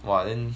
!wah! then